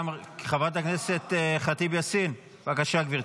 חברת הכנסת ח'טיב יאסין, בבקשה, גברתי.